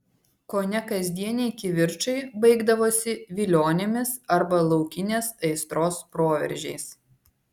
kone kasdieniai kivirčai baigdavosi vilionėmis arba laukinės aistros proveržiais